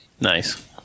Nice